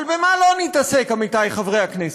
אבל במה לא נתעסק, עמיתי חברי הכנסת?